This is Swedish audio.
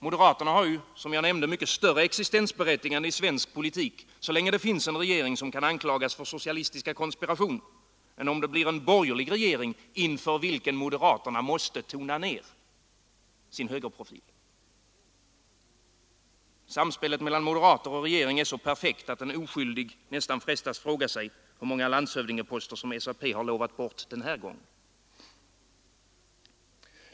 Moderaterna har, som jag nämnde, mycket större existensberättigande i svensk politik så länge det finns en regering som kan anklagas för socialistiska konspirationer, än om det blir en borgerlig regering inför vilken moderaterna måste tona ner sin högerprofil. Samspelet mellan moderaterna och regeringen är så perfekt, att en oskyldig frestas fråga sig hur många landshövdingeposter SAP har lovat bort den här gången.